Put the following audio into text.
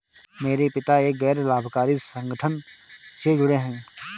मेरे पिता एक गैर लाभकारी संगठन से जुड़े हैं